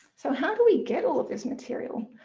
so how do we get all of this material?